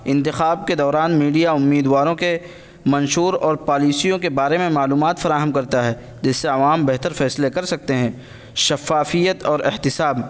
انتخاب کے دوران میڈیا امیدواروں کے منشور اور پالیسیوں کے بارے میں معلومات فراہم کرتا ہے جس سے عوام بہتر فیصلے کر سکتے ہیں شفافیت اور احتساب